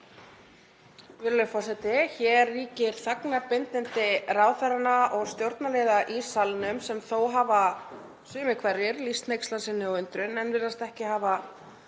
Hér ríkir þagnarbindindi ráðherranna og stjórnarliða í salnum sem þó hafa sumir hverjir lýst hneykslan sinni og undrun en virðast ekki hafa